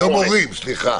סליחה,